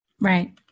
right